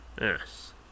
Yes